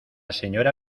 señora